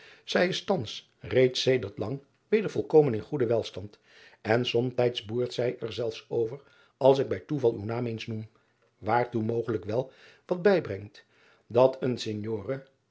ij is thans reeds sedert lang weder volkomen in goeden welstand en somtijds boert zij er zelfs over als ik bij toeval uw naam eens noem waartoe mogelijk wel wat bijbrengt dat een